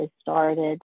started